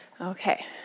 Okay